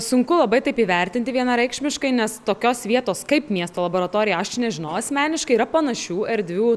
sunku labai taip įvertinti vienareikšmiškai nes tokios vietos kaip miesto laboratorija aš nežinau asmeniškai yra panašių erdvių